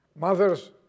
Mothers